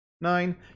Nine